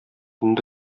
инде